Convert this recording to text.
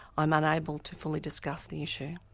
i'm unable to fully discuss the issue.